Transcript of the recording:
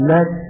Let